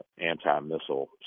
anti-missile